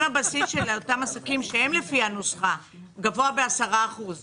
אם הבסיס של אותם עסקים שהם לפי הנוסחה גבוה ב-10% אז